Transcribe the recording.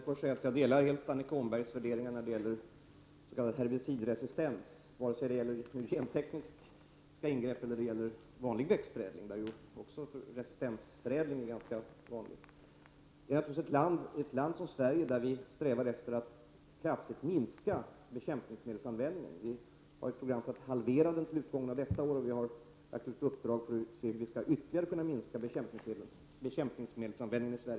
Fru talman! Jag delar helt Annika Åhnbergs värderingar när det gäller s.k. herbicidresistens vare sig det gäller gentekniska ingrepp eller vanlig växtförädling, där ju resistensförädling är ganska vanlig. I Sverige strävar vi efter att kraftigt minska bekämpningsmedelsanvändningen. Vi har ju ett program för halverande av detta till utgången av detta år. Vi har lagt ut ett uppdrag för att se hur vi ytterligare skall kunna minska bekämpningsmedelsanvändningen därefter.